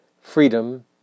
freedom